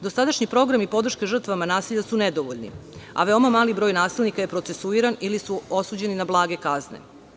Dosadašnji program i podrška žrtvama nasilja su nedovoljne, a veoma mali broj nasilnika je procesuiran ili su osuđeni na blage kazne.